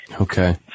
Okay